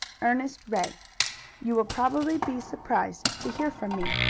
ernest ray you will probably be surprised to hear from me.